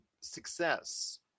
success